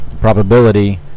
probability